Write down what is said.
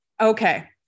Okay